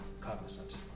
cognizant